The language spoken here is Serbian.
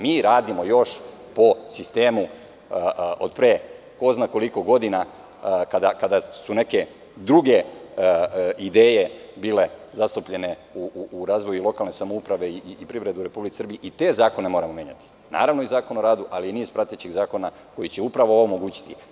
Mi radimo još po sistemu od pre ko zna koliko godina, kada su neke druge ideje bile zastupljene u razvoju lokalne samouprave i privrede u Republici Srbiji i te zakone moramo menjati, naravno, i Zakon o radu, ali i niz pratećih zakona koji će upravo ovo omogućiti.